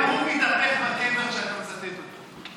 גם הוא מתהפך בקבר כשאתה מצטט אותו.